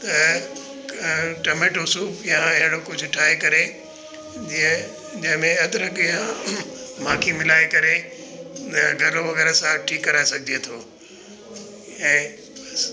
त tomato soup या अहिड़ो कुझु ठाहे करे जीअं जंहिं में अदरक या माखी मिलाए करे त गलो वग़ैरह सभु ठीकु कराए सघिजे थो ऐं बस